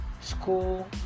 school